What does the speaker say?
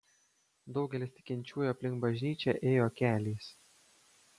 daugelis tikinčiųjų aplink bažnyčią ėjo keliais